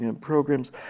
programs